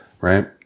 Right